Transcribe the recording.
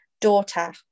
daughter